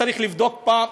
צריך לבדוק פעם,